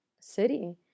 city